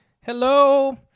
Hello